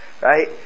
right